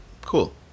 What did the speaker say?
cool